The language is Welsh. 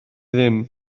ddim